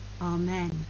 Amen